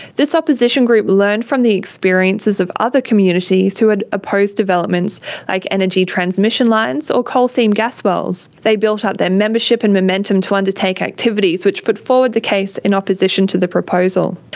this opposition group learned from the experiences of other communities who had opposed developments like energy transmission lines or coal seam gas wells. they built up membership and momentum to undertake activities which put forward the case in opposition to the proposal.